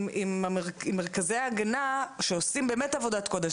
אם מרכזי ההגנה שעושים באמת עבודת קודש,